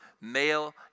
male